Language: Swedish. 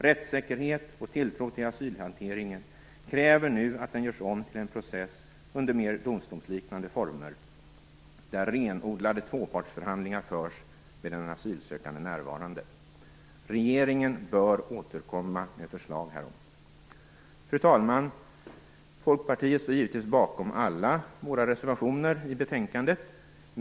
Rättssäkerhet och tilltro till asylhanteringen kräver nu att den görs om till en process under mer domstolsliknande former, där renodlade tvåpartsförhandlingar förs med den asylsökande närvarande. Regeringen bör återkomma med förslag härom. Fru talman! Vi i Folkpartiet står givetvis bakom alla våra reservationer i betänkandet.